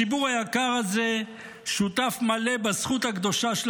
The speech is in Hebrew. הציבור היקר הזה שותף מלא בזכות הקדושה של